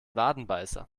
wadenbeißer